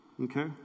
Okay